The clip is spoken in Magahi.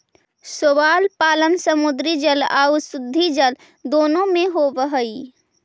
शैवाल पालन समुद्री जल आउ शुद्धजल दोनों में होब हई